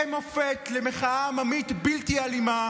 הם מופת למחאה עממית בלתי אלימה.